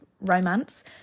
romance